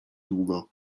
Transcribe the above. długo